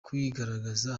kwigaragaza